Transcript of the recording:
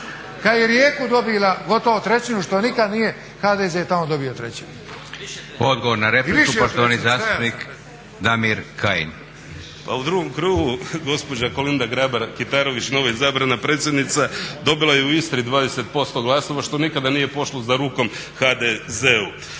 i Rijeku dobila gotovo trećinu što nikad nije HDZ tamo dobio trećinu. **Leko, Josip (SDP)** Odgovor na repliku, poštovani zastupnik Damir Kajin. **Kajin, Damir (ID - DI)** Pa u drugom krugu gospođa Kolinda Grabar-Kitarović novoizabrana predsjednica dobila je u Istri 20% glasova što nikad nije pošlo za rukom HDZ-u.